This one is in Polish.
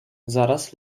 zaraz